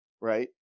right